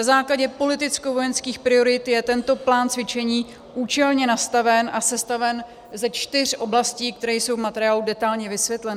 Na základě politickovojenských priorit je tento plán cvičení účelně nastaven a sestaven ze čtyř oblastí, které jsou v materiálu detailně vysvětleny.